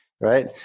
Right